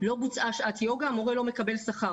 לא בוצעה שעת יוגה, המורה לא מקבל שכר.